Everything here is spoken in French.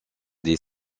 des